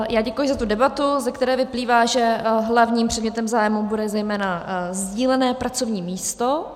Já děkuji za tu debatu, ze které vyplývá, že hlavním předmětem zájmu bude zejména sdílené pracovní místo.